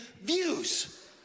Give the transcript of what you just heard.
views